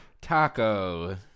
Taco